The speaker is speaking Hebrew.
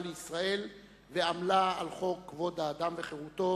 לישראל ועמלה על חוק כבוד האדם וחירותו,